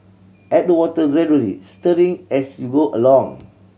add the water gradually stirring as you go along